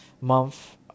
month